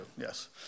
yes